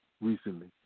recently